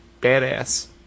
badass